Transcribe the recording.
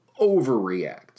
overreact